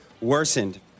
worsened